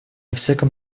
всяком